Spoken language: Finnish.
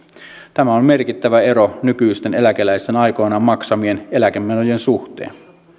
tämä on merkittävä ero nykyisten eläkeläisten aikoinaan maksamien eläkemenojen suhteen